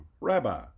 Rabbi